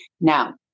Now